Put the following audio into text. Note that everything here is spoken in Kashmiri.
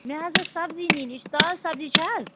مےٚ حظ ٲس سبزی نِنۍ یہِ تازٕ سبزی چھِ حظ